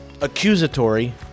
accusatory